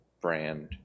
brand